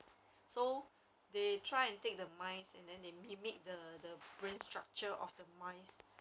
so they try and take the mice and then they mimic the brain structure of the mice